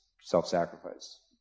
self-sacrifice